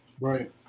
Right